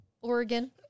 Oregon